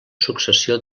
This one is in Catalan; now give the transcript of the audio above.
successió